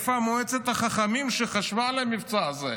איפה מועצת החכמים שחשבה על המבצע הזה?